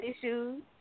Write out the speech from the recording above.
Issues